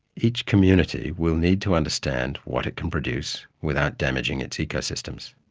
each community will need to understand what it can produce without damaging its ecosystems,